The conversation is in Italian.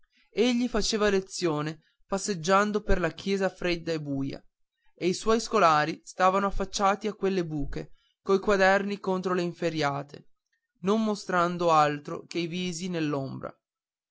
egli faceva lezione passeggiando per la chiesa fredda e buia e i suoi scolari stavano affacciati a quelle buche coi quaderni contro le inferriate non mostrando altro che i visi